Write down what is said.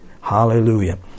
Hallelujah